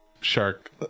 shark